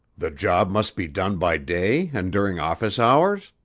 the job must be done by day and during office hours?